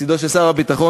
ומצדו של שר הביטחון,